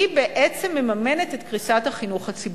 היא בעצם מממנת את קריסת החינוך הציבורי.